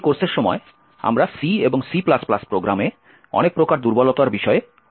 এই কোর্সের সময় আমরা C এবং C প্রোগ্রামে অনেক প্রকার দুর্বলতার বিষয়ে অধ্যয়ন করব